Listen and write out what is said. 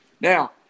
now